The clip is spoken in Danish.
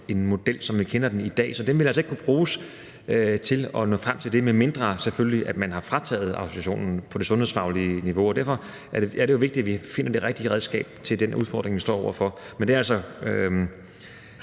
en model, som vi kender den i dag. Så den vil altså ikke kunne bruges til at nå frem til det, medmindre man selvfølgelig har frataget autorisationen på det sundhedsfaglige niveau, og derfor er det jo vigtigt, at vi finder det rigtige redskab til den udfordring, vi står over for. Men det er altså